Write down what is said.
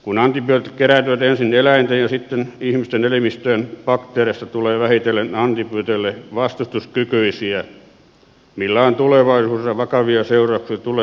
kun antibiootit kerääntyvät ensin eläinten ja sitten ihmisten elimistöön bakteereista tulee vähitellen antibiooteille vastustuskykyisiä millä on tulevaisuudessa vakavia seurauksia tulehdusten hoidossa